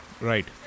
Right